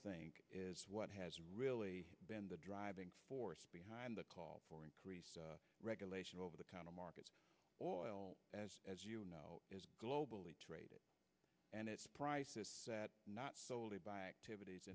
think is what has really been the driving force behind the call for increased regulation over the counter market oil as you know globally trade and it's price is not solely by activities